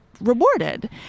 rewarded